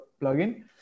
plugin